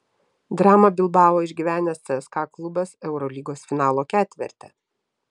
dramą bilbao išgyvenęs cska klubas eurolygos finalo ketverte